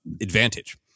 advantage